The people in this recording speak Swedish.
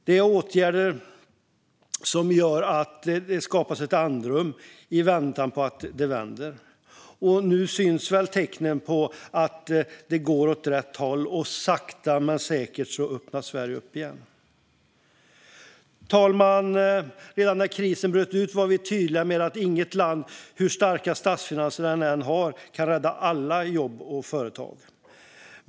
Detta är åtgärder som gör att det skapas ett andrum i väntan på att det vänder. Nu syns väl tecken på att det går åt rätt håll. Sakta men säkert öppnas Sverige upp igen. Fru talman! Redan när krisen bröt ut var vi tydliga med att inget land, hur starka statsfinanser det än har, kan rädda alla jobb och alla företag.